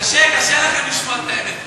קשה, קשה לכם לשמוע את האמת.